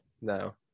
No